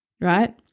Right